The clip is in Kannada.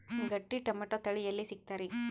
ಗಟ್ಟಿ ಟೊಮೇಟೊ ತಳಿ ಎಲ್ಲಿ ಸಿಗ್ತರಿ?